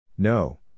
No